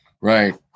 Right